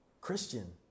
Christian